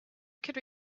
could